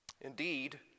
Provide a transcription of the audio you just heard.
indeed